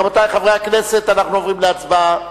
רבותי חברי הכנסת, אנחנו עוברים להצבעה על